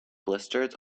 blisters